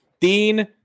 dean